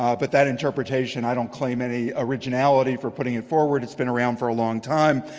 ah but that interpretation i don't claim any originality for putting it forward. it's been around for a long time.